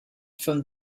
from